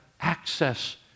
access